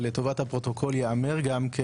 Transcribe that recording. אבל לטובת הפרוטוקול יאמר גם כן,